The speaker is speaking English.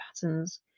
patterns